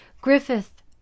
Griffith